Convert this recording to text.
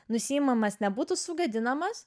nusiimamas nebūtų sugadinamas